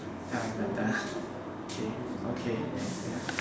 ya we're done k okay thanks ya